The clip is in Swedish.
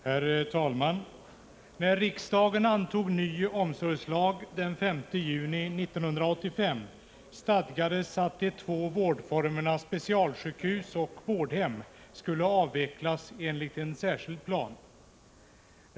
Herr talman! När riksdagen antog en ny omsorgslag den 5 juni 1985 stadgades att de två vårdformerna specialsjukhus och vårdhem skulle avvecklas enligt en särskild plan.